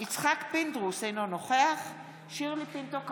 יצחק פינדרוס, אינו נוכח שירלי פינטו קדוש,